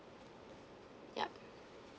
yup